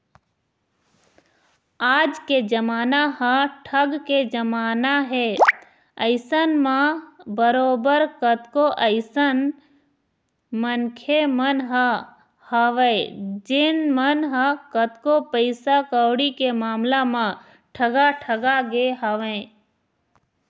आज के जमाना ह ठग के जमाना हे अइसन म बरोबर कतको अइसन मनखे मन ह हवय जेन मन ह कतको पइसा कउड़ी के मामला म ठगा ठगा गे हवँय